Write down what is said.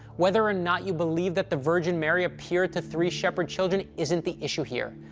whether or not you believe that the virgin mary appeared to three shepherd children isn't the issue here.